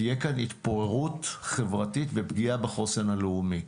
תהיה כאן התפוררות חברתית ופגיעה בחוסן הלאומי.